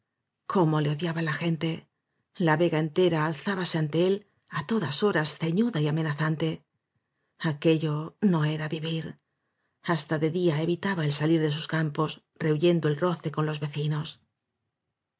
cómo le odiaba la gente la vega entera al zábase ante él á todas horas ceñuda y amena zante aquello no era vivir hasta de día evi taba el salir de sus campos rehuyendo el roce con los vecinos